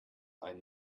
ein